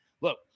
Look